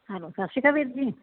hello ਸਤਿ ਸ਼੍ਰੀ ਅਕਾਲ ਵੀਰ ਜੀ